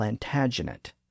plantagenet